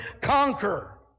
conquer